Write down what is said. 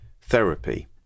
therapy